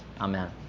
Amen